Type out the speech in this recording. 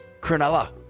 Cronulla